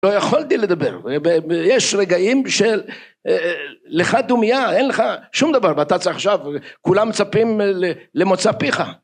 לא יכולתי לדבר יש רגעים של לך דומיה אין לך שום דבר ואתה צריך עכשיו כולם מצפים למוצא פיך